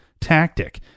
tactic